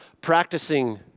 practicing